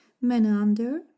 Menander